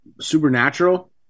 supernatural